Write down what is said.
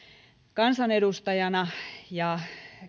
kansanedustajana ja